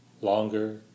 longer